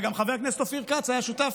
וגם חבר הכנסת אופיר כץ היה שותף,